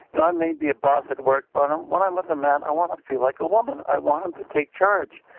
and i may be a boss at work but when i'm with a man i want to feel like a woman, i want him to take charge.